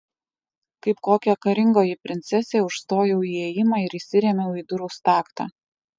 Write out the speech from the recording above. kaip kokia karingoji princesė užstojau įėjimą ir įsirėmiau į durų staktą